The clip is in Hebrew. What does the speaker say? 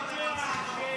ברנע אשם.